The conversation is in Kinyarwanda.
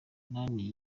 nani